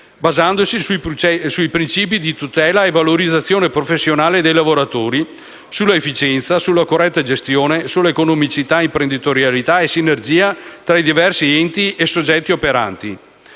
basandosi sui principi di tutela e valorizzazione professionale dei lavoratori, efficienza, corretta gestione, economicità, imprenditorialità e sinergia tra i diversi enti e soggetti operanti.